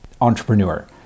entrepreneur